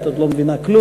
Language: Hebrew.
את עוד לא מבינה כלום,